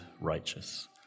righteous